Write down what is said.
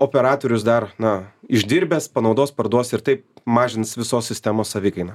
operatorius dar na išdirbęs panaudos parduos ir taip mažins visos sistemos savikainą